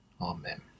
Amen